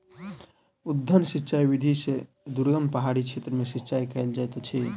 उद्वहन सिचाई विधि से दुर्गम पहाड़ी क्षेत्र में सिचाई कयल जाइत अछि